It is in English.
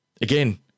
again